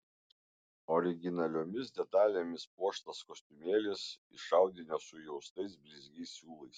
originaliomis detalėmis puoštas kostiumėlis iš audinio su įaustais blizgiais siūlais